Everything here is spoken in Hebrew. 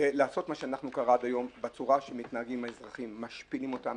לעשות מה שקרה עד היום בצורה שמתנהגים לאזרחים - משפילים אותם.